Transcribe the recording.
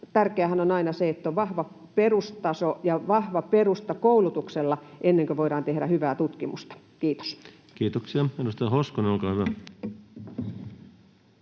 tärkeäähän on aina se, että on vahva perustaso ja vahva perusta koulutuksella, ennen kuin voidaan tehdä hyvää tutkimusta. — Kiitos. [Speech 197] Speaker: